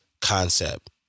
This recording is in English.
concept